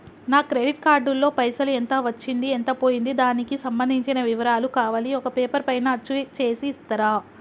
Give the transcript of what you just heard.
నా credit card లో పైసలు ఎంత వచ్చింది ఎంత పోయింది దానికి సంబంధించిన వివరాలు కావాలి ఒక పేపర్ పైన అచ్చు చేసి ఇస్తరా?